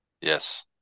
Yes